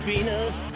Venus